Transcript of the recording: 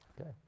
Okay